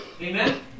Amen